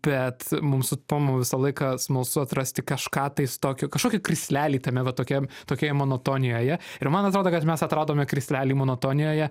bet mums su tomu visą laiką smalsu atrasti kažką tais tokio kažkokį krislelį tame va tokiam tokioje monotonijoje ir man atrodo kad mes atradome krislelį monotonijoje